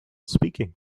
speaking